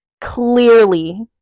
clearly